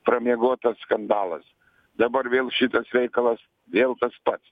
pramiegotas skandalas dabar vėl šitas reikalas vėl tas pats